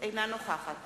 אינה נוכחת